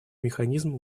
механизм